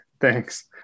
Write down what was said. thanks